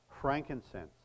frankincense